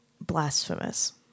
blasphemous